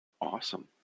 Awesome